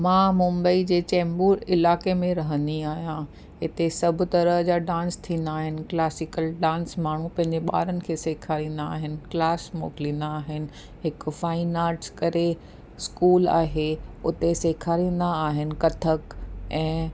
मां मुंबई जे चेंबूर इलाइके में रहंदी आहियां हिते सब तरह जा डांस थींदा आहिनि क्लासिकल डांस माण्हू पंहिंजे ॿारनि खे सेखारिंदा आहिनि क्लास मोकिलिंदा आहिनि हिकु फाइन आट्स करे स्कूल आहे उते सेखारिंदा आहिनि कथक ऐं